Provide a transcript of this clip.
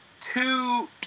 two